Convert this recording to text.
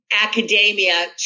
academia